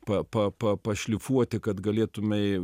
pa pa pa pašlifuoti kad galėtumei